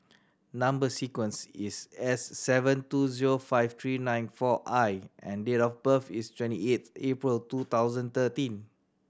number sequence is S seven two zero five three nine four I and date of birth is twenty eight April two thousand thirteen